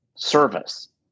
Service